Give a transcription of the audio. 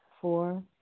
Four